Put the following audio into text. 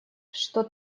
что